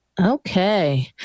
Okay